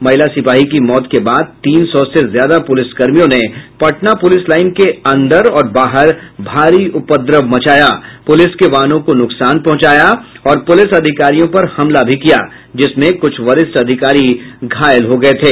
महिला सिपाहीं की मौत के बाद तीन सौ से ज्यादा पुलिसकर्मियों ने पटना पुलिस लाइन के अन्दर और बाहर भारी उपद्रव मचाया पुलिस के वाहनों को नुकसान पहुंचाया और पुलिस अधिकारियों पर हमला भी किया जिसमें कुछ वरिष्ठ अधिकारी घायल हो गए थे